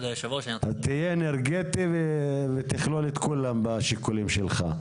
תהיה אנרגטי ותכלול את כולם בשיקולים שלך.